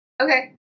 Okay